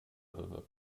bewirken